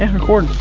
and recording.